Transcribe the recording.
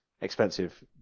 expensive